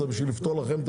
לפתור לכם.